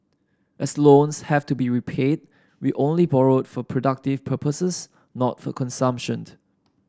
as loans have to be repaid we only borrowed for productive purposes not for consumption